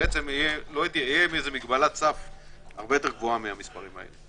כשתהיה מגבלת סף הרבה יותר גבוהה מהמספרים האלה.